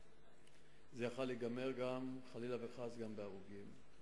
זה יכול היה להיגמר גם, חלילה וחס, בהרוגים.